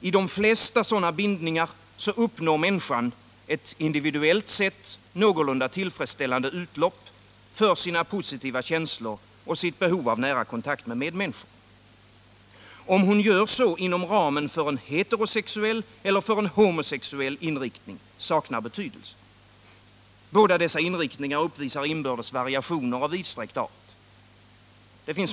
I de flesta sådana bindningar uppnår människan ett individuellt sett någorlunda tillfredsställande utlopp för sina positiva känslor och sitt behov av nära kontakt med medmänniskor. Om hon gör så inom ramen för en heteroeller homosexuell inriktning saknar betydelse. Båda dessa inriktningar uppvisar inbördes variationer av vidsträckt art.